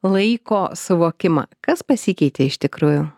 laiko suvokimą kas pasikeitė iš tikrųjų